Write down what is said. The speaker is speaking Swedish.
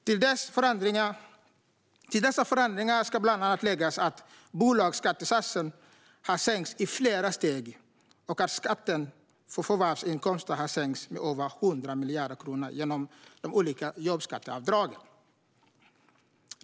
Till dessa förändringar ska bland annat läggas att bolagsskattesatsen har sänkts i flera steg och att skatten på förvärvsinkomster har sänkts med över 100 miljarder kronor genom de olika jobbskatteavdragen.